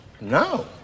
No